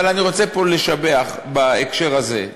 אבל אני רוצה פה לשבח, בהקשר הזה,